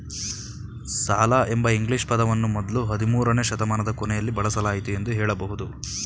ಸಾಲ ಎಂಬ ಇಂಗ್ಲಿಷ್ ಪದವನ್ನ ಮೊದ್ಲು ಹದಿಮೂರುನೇ ಶತಮಾನದ ಕೊನೆಯಲ್ಲಿ ಬಳಸಲಾಯಿತು ಎಂದು ಹೇಳಬಹುದು